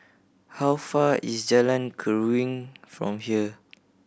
how far is Jalan Keruing from here